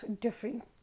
different